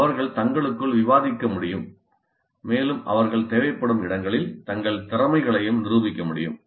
அவர்கள் தங்களுக்குள் விவாதிக்க முடியும் மேலும் அவர்கள் தேவைப்படும் இடங்களில் தங்கள் திறமைகளையும் நிரூபிக்க முடியும்